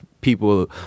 people